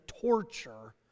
torture